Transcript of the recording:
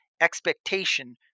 expectation